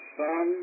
sun